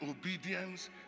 obedience